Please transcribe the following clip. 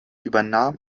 übernahm